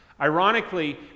Ironically